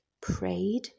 prayed